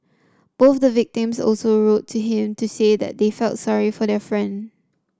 both the victims also wrote to him to say that they felt sorry for their friend